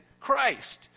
Christ